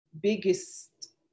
biggest